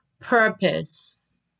purpose